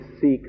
seek